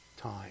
time